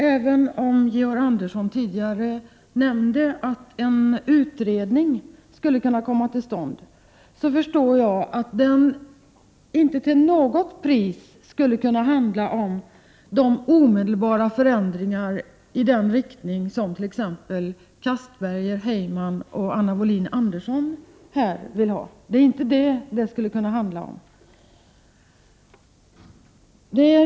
Även om Georg Andersson tidigare nämnde att en utredning skulle kunna komma till stånd, förstår jag att den inte alls skulle kunna handla om de omedelbara förändringar i den riktning som t.ex. Anders Castberger, Tom Heyman och Anna Wohlin-Andersson önskar.